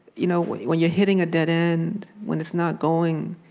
you know when you're hitting a dead end, when it's not going,